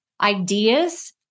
ideas